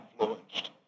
influenced